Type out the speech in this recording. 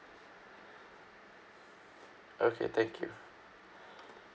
okay thank you